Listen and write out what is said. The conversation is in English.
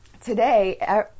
today